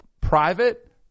private